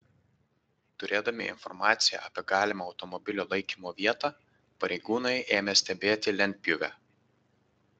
turėdami informaciją apie galimą automobilio laikymo vietą pareigūnai ėmė stebėti lentpjūvę